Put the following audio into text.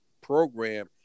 program